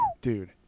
dude